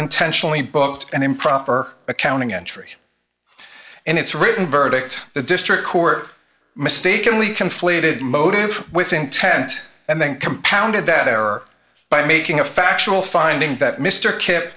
intentionally booked an improper accounting entry and its written verdict the district court mistakenly conflated motive with intent and then compounded that error by making a factual finding that mr